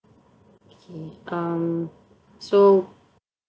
okay um so